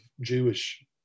Jewish